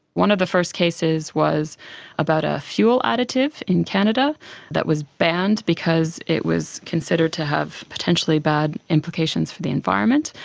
one of the first cases was about a fuel additive in canada that was banned because it was considered to have potentially bad implications for the environment,